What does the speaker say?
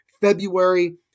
February